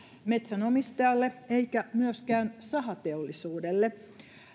metsänomistajalle eikä myöskään sahateollisuudelle